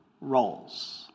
roles